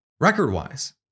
record-wise